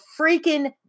freaking